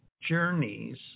Journeys